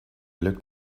looked